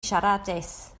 siaradus